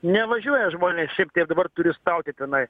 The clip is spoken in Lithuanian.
nevažiuoja žmonės šiaip tai dabar turistauti tenai